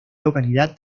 localidad